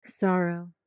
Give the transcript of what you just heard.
Sorrow